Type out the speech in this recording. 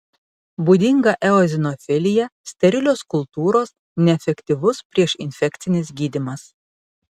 būdinga eozinofilija sterilios kultūros neefektyvus priešinfekcinis gydymas